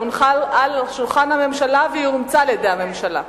היא הונחה על שולחן הממשלה והיא אומצה על-ידי הממשלה.